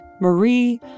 Marie